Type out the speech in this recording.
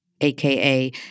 aka